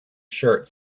shirt